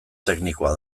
teknikoa